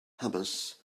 hummus